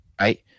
right